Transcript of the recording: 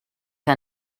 que